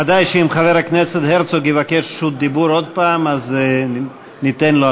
ודאי שאם חבר הכנסת הרצוג יבקש רשות דיבור עוד פעם אז ניתן לו,